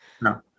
No